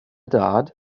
dad